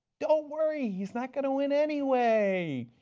don't worry, he's not going to win anyway.